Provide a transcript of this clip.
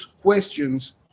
questions